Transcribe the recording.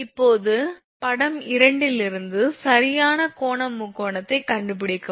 இப்போது படம் 2 இலிருந்து சரியான கோண முக்கோணத்தைக் கண்டுபிடிக்கவும்